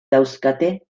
dauzkate